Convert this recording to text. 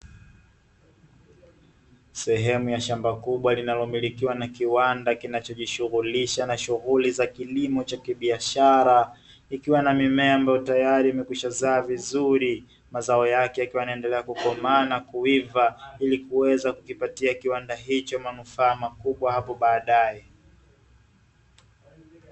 Sehemu ya shamba kubwa linalomilikiwa na kiwanda kinachojihusisha na shughuli za kilimo cha kibiashara kikiwa na mimea ambayo tayari imekwisha zaa vizuri, mazao yake yakiwa yanaendelea kukomaa na kuiva ilikuweza kukipatia kiwanda hicho manufaa makubwa hapo baadae.